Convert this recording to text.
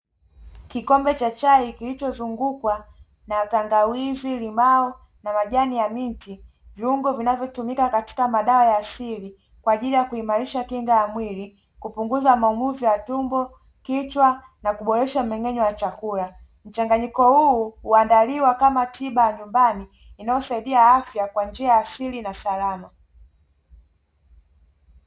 Kikombe cha chai kilichozungukwa na tangawizi, limau na majani ya miti. Viungo vinavyotumika katika madawa ya asili kwa ajili ya kuimarisha kinga ya mwili, kupunguza maumivu ya tumbo, kichwa na kuboresha mmeng'enyo wa chakula. Mchanganyiko huu huandaliwa kama tiba ya nyumbani inayosaidia afya kwa njia ya asili na salama.